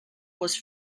was